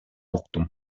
уктум